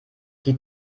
die